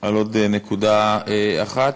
על עוד נקודה אחת.